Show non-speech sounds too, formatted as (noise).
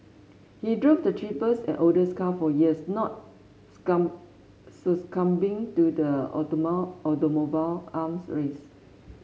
he drove the cheapest and oldest car for years not (unintelligible) succumbing to the (unintelligible) automobile arms race